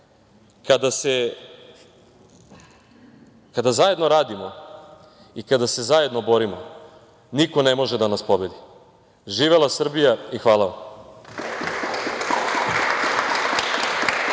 „Kada zajedno radimo i kada se zajedno borimo, niko ne može da nas pobedi. Živela Srbija.“ Hvala.